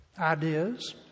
ideas